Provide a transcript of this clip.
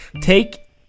take